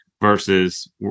versus